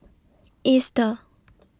Easter